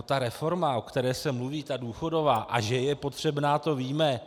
Ta reforma, o které se mluví, ta důchodová, a že je potřebná, to víme.